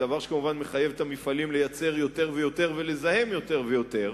דבר שכמובן מחייב את המפעלים לייצר יותר ויותר ולזהם יותר ויותר?